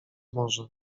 morze